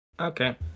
okay